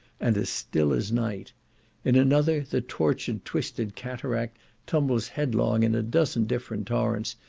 and as still as night in another the tortured twisted cataract tumbles headlong in a dozen different torrents,